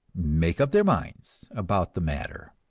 make up their minds about the matter.